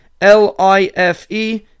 L-I-F-E